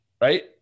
Right